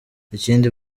ikindi